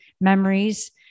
memories